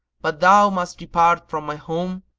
but thou must depart from my home?